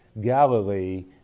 Galilee